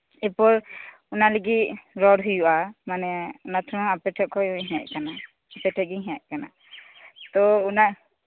ᱮᱯᱚᱨ ᱚᱱᱟ ᱞᱟᱹᱜᱤᱫ ᱨᱚᱲ ᱦᱩᱭᱩᱜ ᱟ ᱢᱟᱱᱮ ᱚᱱᱟᱛᱷᱚᱨᱚᱝ ᱟᱯᱮᱴᱷᱮᱱ ᱠᱷᱚᱱᱟᱜ ᱦᱮᱡ ᱟᱠᱟᱱᱟ ᱟᱯᱮᱴᱷᱮᱡ ᱜᱤᱧ ᱦᱮᱡ ᱟᱠᱟᱱᱟ ᱛᱚ ᱚᱱᱟ